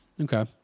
Okay